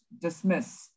dismiss